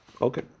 Okay